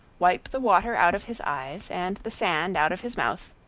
wipe the water out of his eyes and the sand out of his mouth,